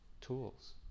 tools